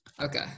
Okay